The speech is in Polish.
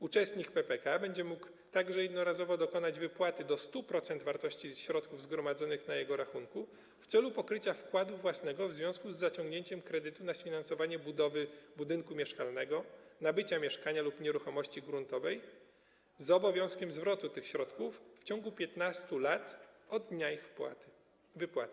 Uczestnik PPK będzie mógł także jednorazowo dokonać wypłaty do 100% wartości środków zgromadzonych na jego rachunku w celu pokrycia wkładu własnego w związku z zaciągnięciem kredytu na sfinansowanie budowy budynku mieszkalnego, nabycia mieszkania lub nieruchomości gruntowej, z obowiązkiem zwrotu tych środków w ciągu 15 lat od dnia ich wypłaty.